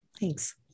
Thanks